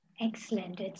Excellent